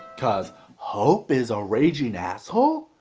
cause hope is a raging asshole?